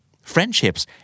friendships